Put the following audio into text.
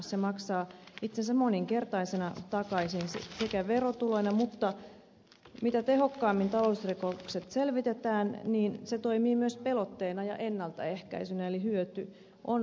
se maksaa itsensä moninkertaisena takaisin sekä verotuloina että sitä kautta että mitä tehokkaammin talousrikokset selvitetään sen parempi se toimii myös pelotteena ja ennaltaehkäisynä eli hyöty on moninkertainen